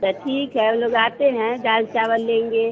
तो ठीक है हम लोग आते हैं दाल चावल लेंगे